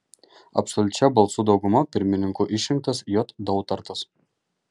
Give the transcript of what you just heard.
absoliučia balsų dauguma pirmininku išrinktas j dautartas